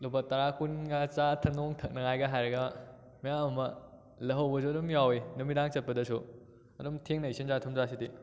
ꯂꯨꯄꯥ ꯇꯔꯥ ꯀꯨꯟꯒ ꯆꯥ ꯊꯛꯅꯧ ꯊꯛꯅꯉꯥꯏꯒ ꯍꯥꯏꯔꯒ ꯃꯌꯥꯝ ꯑꯃ ꯂꯧꯍꯧꯕꯁꯨ ꯑꯗꯨꯝ ꯌꯥꯎꯏ ꯅꯨꯃꯤꯗꯥꯡ ꯆꯠꯄꯗꯁꯨ ꯑꯗꯨꯝ ꯊꯦꯡꯅꯩ ꯁꯦꯟꯖꯥ ꯊꯨꯝꯖꯥꯁꯤꯗꯤ